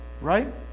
right